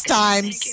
times